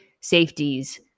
safeties